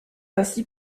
ainsi